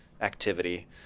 activity